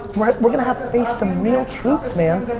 but we're gonna have to face some real truths, man.